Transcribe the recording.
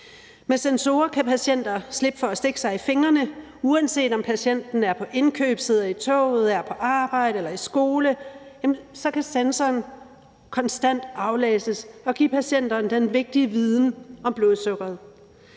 glukosemåler kan patienter slippe for at stikke sig i fingrene. Uanset om patienten er på indkøb, sidder i toget, er på arbejde eller i skole, kan en sensorbaseret glukosemåler konstant aflæses og give patienterne den vigtige viden om blodsukkeret.